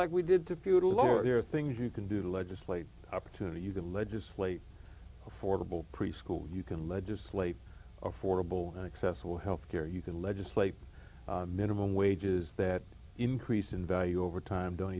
like we did to futile lower there are things you can do to legislate opportunity you can legislate affordable preschool you can legislate affordable accessible health care you can legislate minimum wages that increase in value over time do